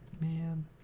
Man